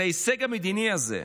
את ההישג המדיני הזה,